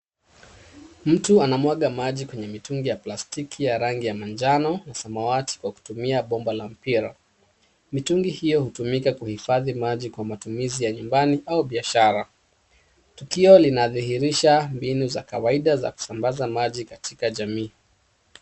Mtu anamwanga maji kwenye mitungi ya plastiki ya rangi ya manjano na samawati kwa kutumia bomba la mpira. Mitungi hiyo hutumika kuhifadhi maji kwa matumizi ya nyumbani au biashara. Tukio linadhiirisha mbinu za kawaida za kusambaza maji katika jamii.